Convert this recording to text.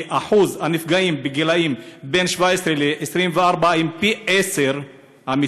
כי שיעור הנפגעים בגילים שבין 17 ל-24 הוא פי עשרה,